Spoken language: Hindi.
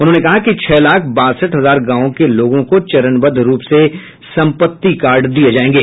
उन्होंने कहा कि छह लाख बासठ हजार गांवों के लोगों को चरणबद्ध रूप से संपत्ति कार्ड दिए जाएंगे